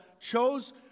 chose